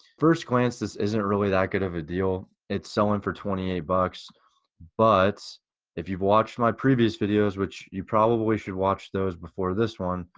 first glance this isn't really that good of a deal it's selling for twenty eight bucks but if you watched my previous videos, which you probably should watch those before this one,